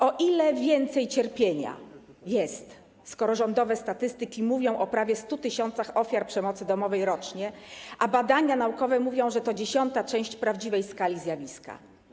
O ile więcej jest cierpienia, skoro rządowe statystyki mówią o prawie 100 tys. ofiar przemocy domowej rocznie, a badania naukowe mówią, że to 10. część prawdziwej skali zjawiska?